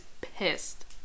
pissed